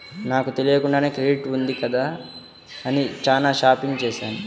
నాకు తెలియకుండానే క్రెడిట్ ఉంది కదా అని చానా షాపింగ్ చేశాను